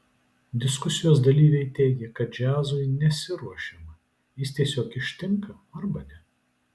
diskusijos dalyviai teigė kad džiazui nesiruošiama jis tiesiog ištinka arba ne